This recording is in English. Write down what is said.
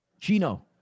Gino